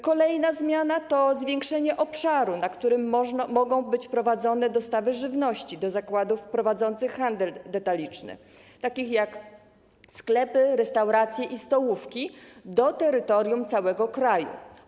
Kolejna zmiana to zwiększenie obszaru, na którym mogą być prowadzone dostawy żywności do zakładów prowadzących handel detaliczny, takich jak sklepy, restauracje i stołówki, do terytorium całego kraju.